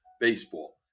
baseball